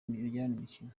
imikino